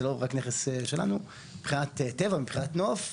זה לא רק נכס שלנו מבחינת טבע, מבחינת נוף.